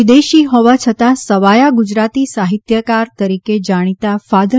વિદેશી હોવા છતાં સવાયા ગુજરાતી સાહિત્યકાર તરીકે જાણીતા ફાધર